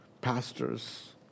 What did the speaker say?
pastors